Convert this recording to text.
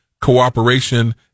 Cooperation